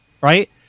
right